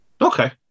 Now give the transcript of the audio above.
Okay